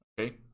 okay